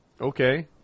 Okay